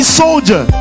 soldier